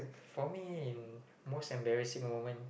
for me most embarrassing moment